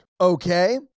Okay